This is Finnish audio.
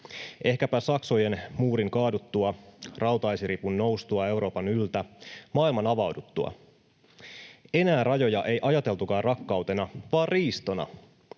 Ehkäpä Saksojen muurin kaaduttua, rautaesiripun noustua Euroopan yltä, maailman avauduttua. Enää rajoja ei ajateltukaan rakkautena, vaan riistona.